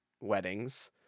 Weddings